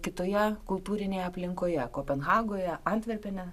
kitoje kultūrinėje aplinkoje kopenhagoje antverpene